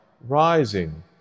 rising